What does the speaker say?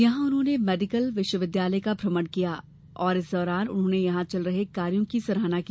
यहां उन्होंने मेडिकल विश्वविद्यालय का भ्रमण किया और इस दौरान उन्होंने यहां चल रहे कार्यों की सराहना की